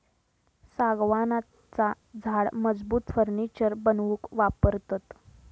सागवानाचा झाड मजबूत फर्नीचर बनवूक वापरतत